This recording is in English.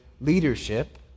leadership